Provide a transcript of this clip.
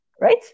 Right